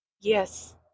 Yes